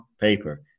paper